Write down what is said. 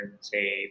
say